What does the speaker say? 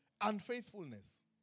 unfaithfulness